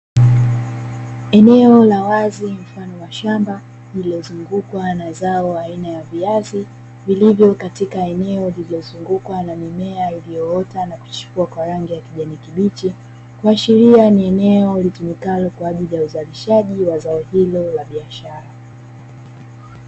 Eneo la wazi mfano wa shamba, lililozungukwa na zao aina ya viazi, vilivyo katika eneo lililozungukwa na mimea iliyoota na kichipua kwa rangi ya kijani kibichi, kuashiria ni eneo litumikalo kwa ajili ya uzalishaji wa zao hilo la biashara.